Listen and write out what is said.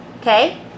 okay